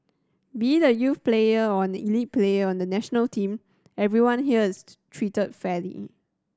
be a youth player or an elite player on the national team everyone here is treated fairly